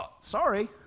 Sorry